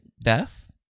death